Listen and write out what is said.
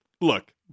Look